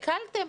אפרת,